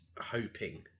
hoping